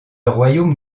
royaume